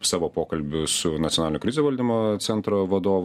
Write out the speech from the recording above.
savo pokalbius su nacionalinio krizių valdymo centro vadovu